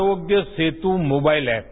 Aarogya Setu mobile app